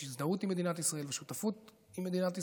הזדהות עם מדינת ישראל ושותפות עם מדינת ישראל.